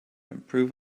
improve